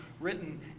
written